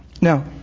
Now